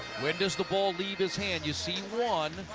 when does the ball leave his hand? you see one,